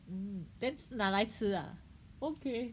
um then 是拿来吃啊 okay